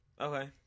Okay